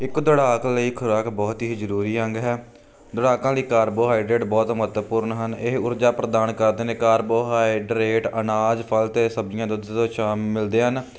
ਇੱਕ ਦੌੜਾਕ ਲਈ ਖੁਰਾਕ ਬਹੁਤ ਹੀ ਜ਼ਰੂਰੀ ਅੰਗ ਹੈ ਦੌੜਾਕਾਂ ਵਾਲੀ ਕਾਰਬੋਹਾਈਡ੍ਰੇਟ ਬਹੁਤ ਮਹੱਤਵਪੂਰਨ ਹਨ ਇਹ ਊਰਜਾ ਪ੍ਰਦਾਨ ਕਰਦੇ ਨੇ ਕਾਰਬੋਹਾਈਡ੍ਰੇਟ ਅਨਾਜ ਫਲ ਅਤੇ ਸਬਜ਼ੀਆਂ ਦੁੱਧ ਤੋਂ ਛ ਮਿਲਦੇ ਹਨ